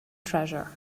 treasure